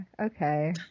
Okay